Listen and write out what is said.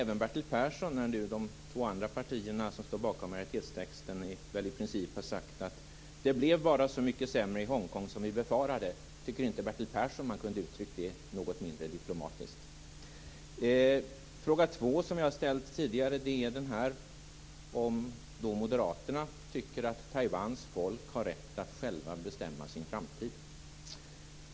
De två andra partier som står bakom majoritetstexten har väl i princip sagt att det bara blev så mycket sämre i Hong Kong som de befarade. Tycker inte Bertil Persson att man kunde ha uttryckt det något mindre diplomatiskt? Min andra fråga, som jag har ställt tidigare, är om moderaterna tycker att Taiwans folk har rätt att självt bestämma sin framtid.